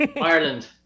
Ireland